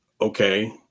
okay